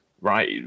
right